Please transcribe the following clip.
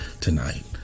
tonight